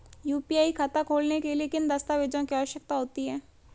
UPI खाता खोलने के लिए किन दस्तावेज़ों की आवश्यकता होती है?